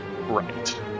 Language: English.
Right